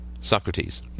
Socrates